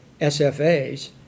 SFAs